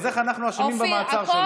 אז איך אנחנו אשמים במעצר שלו?